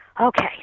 Okay